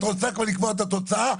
את רוצה כבר לקבוע את התוצאה,